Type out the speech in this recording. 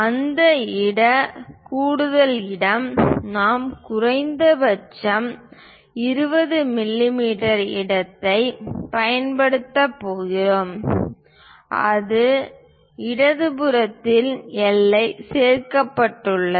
அந்த இட கூடுதல் இடம் நாம் குறைந்தபட்சம் 20 மிமீ இடத்தைப் பயன்படுத்தப் போகிறோம் அது இடது புறத்தில் எல்லை சேர்க்கப்பட்டுள்ளது